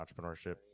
entrepreneurship